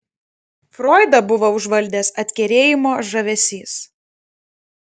froidą buvo užvaldęs atkerėjimo žavesys